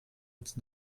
als